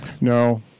No